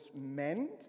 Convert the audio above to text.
meant